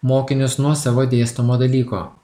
mokinius nuo savo dėstomo dalyko